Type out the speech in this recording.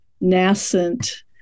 nascent